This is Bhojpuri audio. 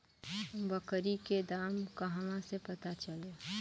बकरी के दाम कहवा से पता चली?